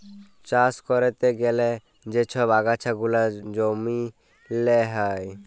চাষ ক্যরতে গ্যালে যা ছব আগাছা গুলা জমিল্লে হ্যয়